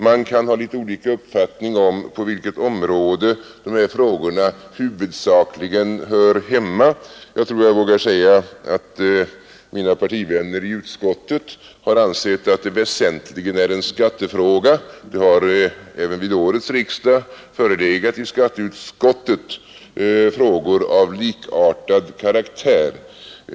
Man kan ha litet olika uppfattningar om på vilket område frågorna huvudsakligen hör hemma, men jag tror jag vågar säga att mina partivänner i utskottet har ansett att det väsentligen är en skattefråga. Även vid årets riksdag har det i skatteutskottet förelegat frågor av likartad karaktär.